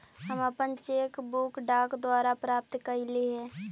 हम अपन cheque book डाक द्वारा प्राप्त कईली हे